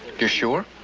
you're sure.